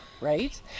right